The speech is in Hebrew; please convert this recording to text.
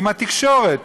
עם התקשורת,